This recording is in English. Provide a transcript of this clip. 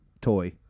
toy